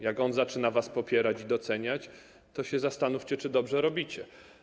Jak on zaczyna was popierać i doceniać, to się zastanówcie, czy dobrze robicie.